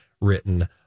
written